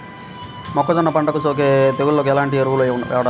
మొక్కజొన్న పంటలకు సోకే తెగుళ్లకు ఎలాంటి ఎరువులు వాడాలి?